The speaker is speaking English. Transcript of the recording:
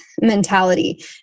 mentality